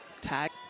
tag